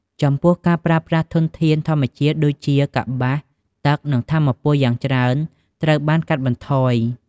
ចំពោះការប្រើប្រាស់ធនធានធម្មជាតិដូចជាកប្បាស ទឹក និងថាមពលយ៉ាងច្រើនត្រូវបានកាត់បន្ថយ។